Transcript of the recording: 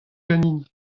ganin